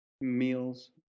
meals